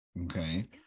okay